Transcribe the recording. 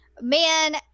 man